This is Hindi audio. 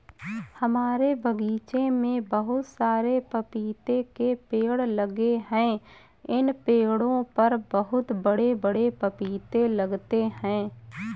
हमारे बगीचे में बहुत सारे पपीते के पेड़ लगे हैं इन पेड़ों पर बहुत बड़े बड़े पपीते लगते हैं